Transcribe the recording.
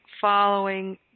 following